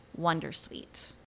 Wondersuite